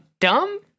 dumb